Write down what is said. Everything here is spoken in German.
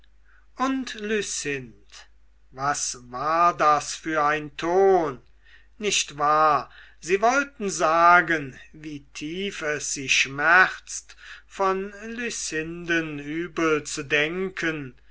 was war das für ein ton nicht wahr sie wollten sagen wie tief es sie schmerzt von lucinden übel zu denken